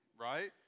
right